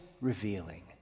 revealing